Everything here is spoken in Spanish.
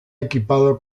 equipado